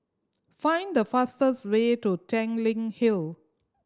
find the fastest way to Tanglin Hill